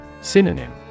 Synonym